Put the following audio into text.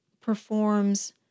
performs